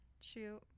shoot